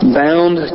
bound